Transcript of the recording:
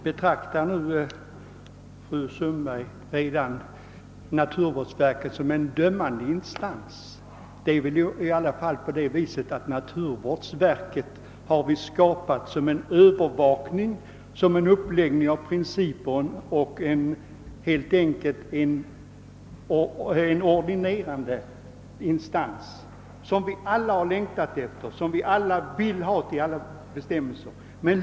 Herr talman! Betraktar fru Sundberg redan naturvårdsverket som en dömande instans? Vi har i alla fall skapat verket för övervakning, för upprätthållande av principer och riktlinjer — helt enkelt för att vara handlande och rådgivande instans, en instans som vi alla längtat efter och som vi alla vill skall stå bakom bestämmelserna.